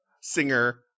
Singer